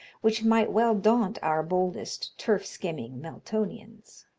which might well daunt our boldest turf-skimming meltonians.